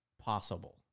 possible